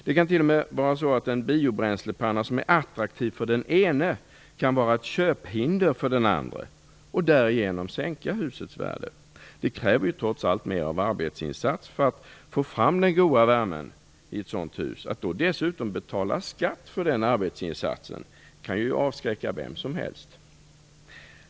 Det kan t.o.m. vara så att en biobränslepanna som är attraktiv för den ene kan vara ett köphinder för den andre, och därigenom sänka husets värde. Det kräver ju trots allt mer av arbetsinsats för att få fram den goda värmen i ett sådant hus. Att då dessutom få betala skatt för den arbetsinsatsen kan ju avskräcka vem som helst.